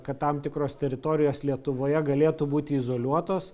kad tam tikros teritorijos lietuvoje galėtų būti izoliuotos